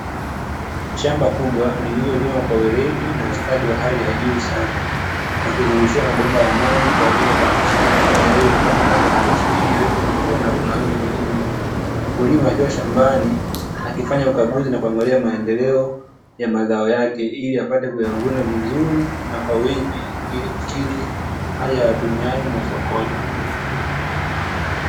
shamba kubwa lililolimwa kwaweledi na ustadi wa juu sana na kuzungushiwa mabomba ya maji na kuhakikisha mimea imepata maji ya kutosha ili iweze kukua na kunawiri vizuri. mkulima akiwa shambani akifanya ukaguzi na kuangalia maendeleo ya mazao yake ili apate kuyavuna vizuri na kwa wingi ili kukidhi hali ya watumiaji masokoni .